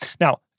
now